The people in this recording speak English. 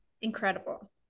incredible